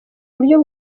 uburyo